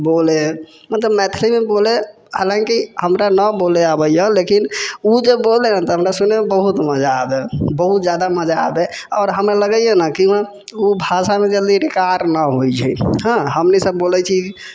बोले मतलब मैथिलीमे बोलै हाँलाकि हमरा न बोलै आबैया लेकिन ओ जे बोलै ने हमरा सुनैमे बहुत मजा आबै बहुत जादा मजा आबै आओर हमरा लगैया न कि ओ भाषामे जल्दी एकार न होइ छै हँ हमनि सभ बोलै छी